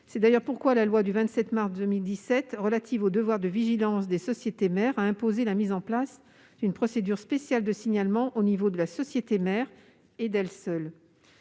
C'est d'ailleurs pourquoi la loi du 27 mars 2017 relative au devoir de vigilance des sociétés mères et des entreprises donneuses d'ordre a imposé la mise en place d'une procédure spéciale de signalement au niveau de la société mère, et d'elle seule.